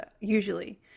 usually